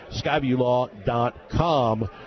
skyviewlaw.com